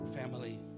family